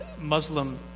Muslim